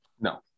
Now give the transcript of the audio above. No